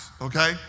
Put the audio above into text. okay